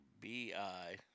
B-I